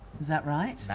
is that right?